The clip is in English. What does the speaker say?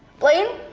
blaine,